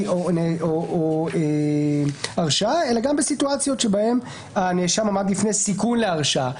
או הרשעה אלא גם בסיטואציות בהן הנאשם עמד בפני סיכוי להרשעה.